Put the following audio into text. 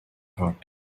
thought